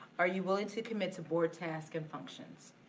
are you willing to commit to board tasks and functions?